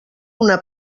una